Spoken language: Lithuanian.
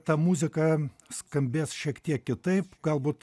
ta muzika skambės šiek tiek kitaip galbūt